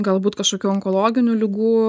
galbūt kašokių onkologinių ligų